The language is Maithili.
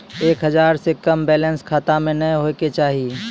एक हजार से कम बैलेंस खाता मे नैय होय के चाही